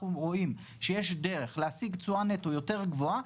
רואים שיש דרך להשיג תשואה נטו יותר גבוהה,